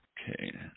Okay